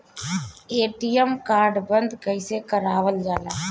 ATM card बन्द कईसे करावल जाला?